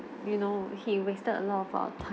you know he wasted a lot of our ti~